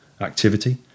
activity